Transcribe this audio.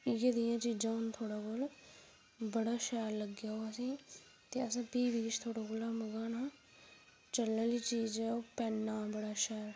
ते इयैं नेही चीजां ओन थुआढञए कोल बड़ा शैल लग्गेआ असैं गी ओह् ते असैं फ्ही बी थुआढ़े शा मंगाना चलने आह्ली चीज ऐ ओह् बड़ा पैना ऐ ओह्